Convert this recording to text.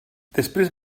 després